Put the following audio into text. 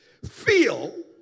Feel